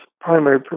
primary